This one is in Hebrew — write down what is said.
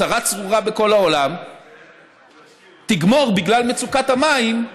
צרה צרורה בכל העולם, תגמור, בגלל מצוקת המים,